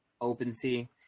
OpenSea